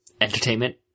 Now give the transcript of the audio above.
entertainment